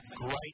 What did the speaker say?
great